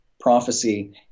prophecy